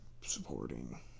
supporting